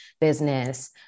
business